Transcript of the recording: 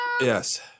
Yes